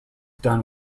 done